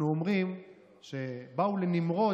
אנחנו אומרים שבאו לנמרוד,